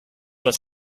was